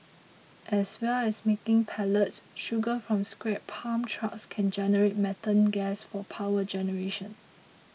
as well as making pellets sugar from scrapped palm trunks can generate methane gas for power generation